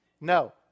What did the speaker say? No